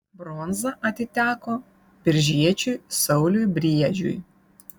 bronza atiteko biržiečiui sauliui briedžiui